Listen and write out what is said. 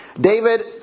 David